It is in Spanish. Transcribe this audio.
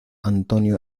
antonio